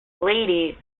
lady